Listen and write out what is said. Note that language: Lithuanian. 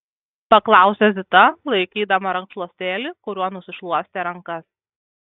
paklausė zita laikydama rankšluostėlį kuriuo nusišluostė rankas